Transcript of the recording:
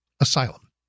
asylum